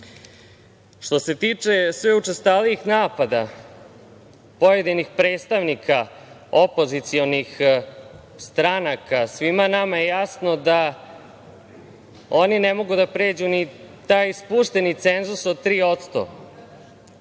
se tiče sve učestalijih napada pojedinih predstavnika opozicionih stranaka, svima nama je jasno da oni ne mogu da pređu ni taj spušteni cenzus od 3%.